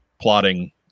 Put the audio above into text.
plotting